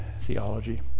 theology